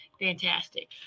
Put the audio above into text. Fantastic